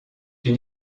une